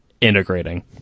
integrating